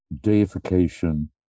deification